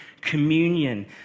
communion